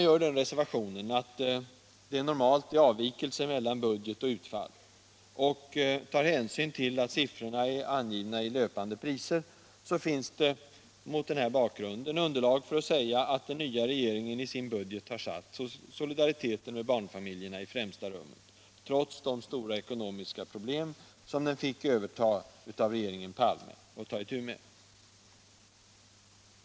Även med reservation för de normala avvikelserna mellan budget och utfall, och med hänsyn tagen till att siffrorna är angivna i löpande priser, finns det underlag för att säga att den nya regeringen i sin budget satt solidariteten med barnfamiljerna i främsta rummet, trots de stora ekonomiska problem som den fick överta av regeringen Palme.